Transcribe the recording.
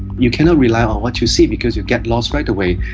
you cannot rely on what you see because you get lost right away,